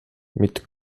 mit